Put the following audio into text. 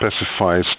specifies